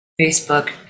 Facebook